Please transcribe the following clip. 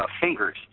fingers